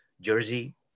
Jersey